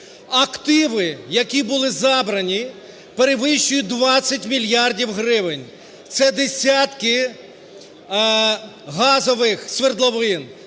активи, які були забрані, перевищують двадцять мільярдів гривень. Це десятки газових свердловин,